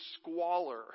squalor